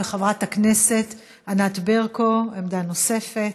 חברת הכנסת ענת ברקו, עמדה נוספת.